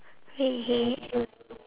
redhead